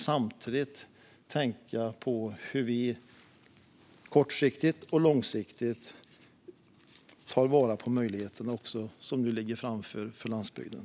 Samtidigt måste vi tänka på hur vi kortsiktigt och långsiktigt tar vara på möjligheterna som nu ligger framför oss för landsbygden.